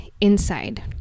inside